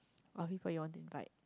or people you want to invite